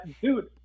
dude